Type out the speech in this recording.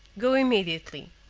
go immediately,